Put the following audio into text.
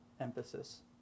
emphasis